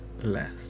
Less